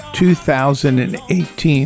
2018